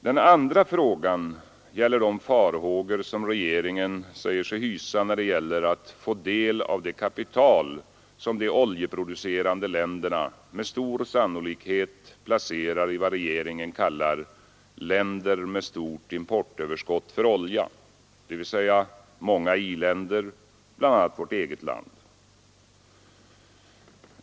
Den andra frågan gäller de farhågor som regeringen säger sig hysa när det gäller att få del av det kapital som de oljeproducerande länderna med stor sannolikhet placerar i vad regeringen kallar ”länder med stort importöverskott för olja”, dvs. många i-länder, bl.a. vårt eget land.